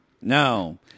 no